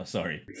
sorry